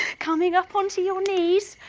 coming up on to your knees,